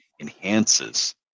enhances